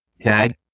Okay